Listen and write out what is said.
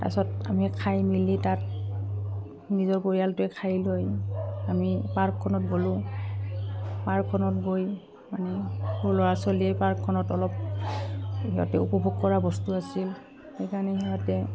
তাৰপাছত আমি খাই মেলি তাত নিজৰ পৰিয়ালটোৱে খাই লৈ আমি পাৰ্কখনত গ'লোঁ পাৰ্কখনত গৈ মানে সৰু ল'ৰা ছোৱালীয়ে পাৰ্কখনত অলপ সিহঁতে উপভোগ কৰা বস্তু আছিল সেইকাৰণে সিহঁতে